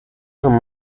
from